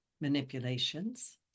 Manipulations